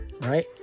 right